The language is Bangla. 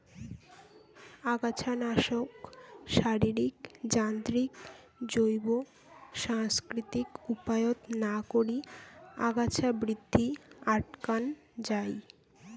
আগাছানাশক, শারীরিক, যান্ত্রিক, জৈব, সাংস্কৃতিক উপায়ত না করি আগাছা বৃদ্ধি আটকান যাই